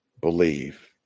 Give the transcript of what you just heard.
Believe